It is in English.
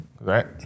right